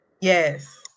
Yes